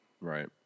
Right